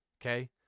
Okay